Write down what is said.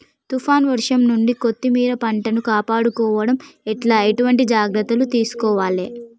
తుఫాన్ వర్షం నుండి కొత్తిమీర పంటను కాపాడుకోవడం ఎట్ల ఎటువంటి జాగ్రత్తలు తీసుకోవాలే?